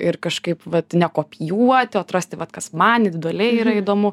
ir kažkaip vat nekopijuoti o atrasti vat kas man individualiai yra įdomu